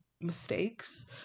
mistakes